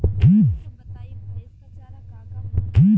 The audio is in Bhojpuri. रउआ सभ बताई भईस क चारा का का होखेला?